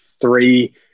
three